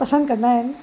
पसंदि कंदा आहिनि